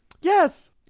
Yes